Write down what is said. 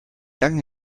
gang